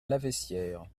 laveissière